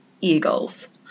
Eagles